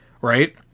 right